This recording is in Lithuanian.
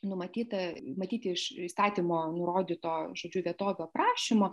numatyta matyti iš įstatymo nurodyto žodžiu vietovių aprašymo